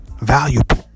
valuable